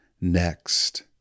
next